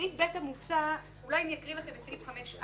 סעיף (ב) המוצע אולי אני אקריא את סעיף 5(א)